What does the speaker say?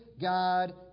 God